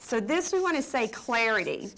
so this we want to say clarity